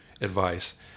advice